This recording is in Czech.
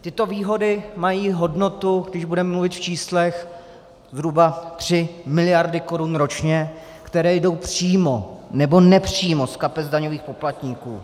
Tyto výhody mají hodnotu, když budeme mluvit v číslech, zhruba tři miliardy korun ročně, které jdou přímo nebo nepřímo z kapes daňových poplatníků.